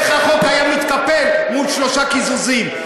איך החוק היה מתקפל מול שלושה קיזוזים?